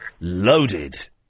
loaded